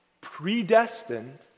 predestined